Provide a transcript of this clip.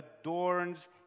adorns